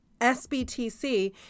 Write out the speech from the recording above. SBTC